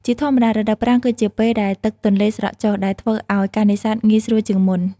ជាធម្មតា រដូវប្រាំងគឺជាពេលដែលទឹកទន្លេស្រកចុះ ដែលធ្វើឱ្យការនេសាទងាយស្រួលជាងមុន។